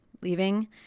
leaving